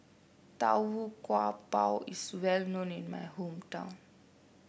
Tau Kwa Pau is well known in my hometown